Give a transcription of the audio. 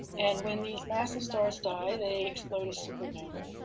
and when these massive stars die, they explode as supernovae.